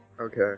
Okay